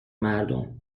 مردم